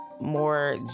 more